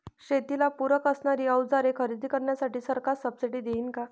शेतीला पूरक असणारी अवजारे खरेदी करण्यासाठी सरकार सब्सिडी देईन का?